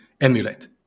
emulate